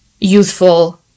youthful